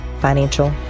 financial